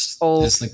old